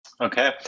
Okay